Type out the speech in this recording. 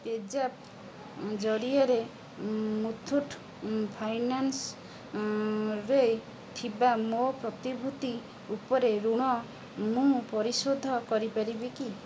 pay Zapp ଜରିଆରେ Muthoot Finance ରେ ଥିବା ମୋ ପ୍ରତିଭୂତି ଉପରେ ଋଣ ମୁଁ ପରିଶୋଧ କରିପାରିବି କି